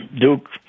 Duke